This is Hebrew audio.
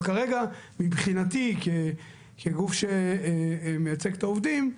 אבל כרגע, מבחינתי, כגוף שמייצג את העובדים,